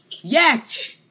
Yes